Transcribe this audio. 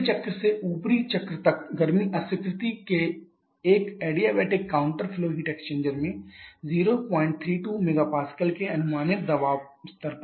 निचले चक्र से ऊपरी चक्र तक गर्मी अस्वीकृति एक adiabatic counter flow heat exchanger में 032 MPa के अनुमानित दबाव स्तर पर होती है